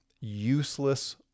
useless